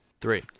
three